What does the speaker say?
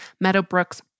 Meadowbrook's